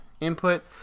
Input